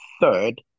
third